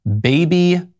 baby